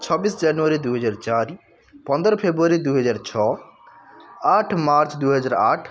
ଛବିଶି ଜାନୁଆରୀ ଦୁଇ ହଜାର ଚାରି ପନ୍ଦର ଫେବୃଆରୀ ଦୁଇ ହଜାର ଛଅ ଆଠ ମାର୍ଚ୍ଚ ଦୁଇ ହଜାର ଆଠ